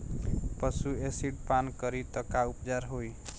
पशु एसिड पान करी त का उपचार होई?